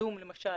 הזום למשל